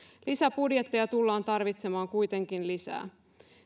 lisäbudjetteja tullaan tarvitsemaan kuitenkin lisää